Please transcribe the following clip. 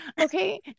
Okay